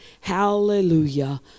hallelujah